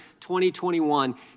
2021